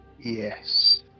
Yes